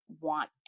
want